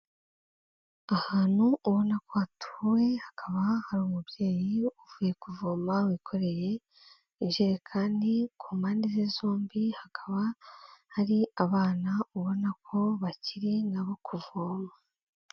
Ahantu ubona ko hatuwe, hakaba hari umubyeyi uvuye kuvoma wikoreye ijerekani, ku mpande ze zombi hakaba hari abana ubona ko bakiri na bo kuvoma.